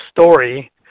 story